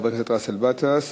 חבר הכנסת באסל גטאס,